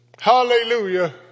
Hallelujah